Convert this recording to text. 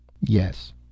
Yes